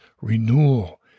renewal